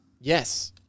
Yes